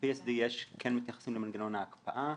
ב-PSD כן מתייחסים למנגנון ההקפאה.